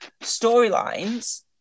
storylines